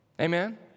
Amen